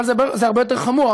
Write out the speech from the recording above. אבל זה הרבה יותר חמור.